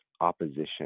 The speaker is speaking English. opposition